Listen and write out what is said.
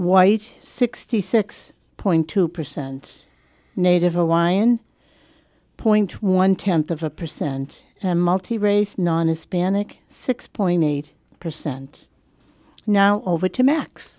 white sixty six point two percent native hawaiian point one tenth of a percent multi race non hispanic six point eight percent now over to max